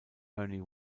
ernie